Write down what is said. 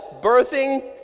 Birthing